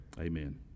Amen